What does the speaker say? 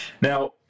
Now